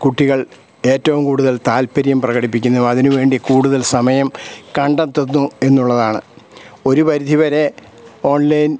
കുട്ടികൾ ഏറ്റവും കൂടുതൽ താത്പര്യം പ്രകടിപ്പിക്കുന്നു അതിനുവേണ്ടി കൂടുതൽ സമയം കണ്ടെത്തുന്നു എന്നുള്ളതാണ് ഒരു പരിധിവരെ ഓൺലൈൻ